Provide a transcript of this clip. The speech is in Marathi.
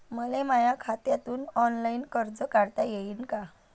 मले माया खात्यातून ऑनलाईन कर्ज काढता येईन का?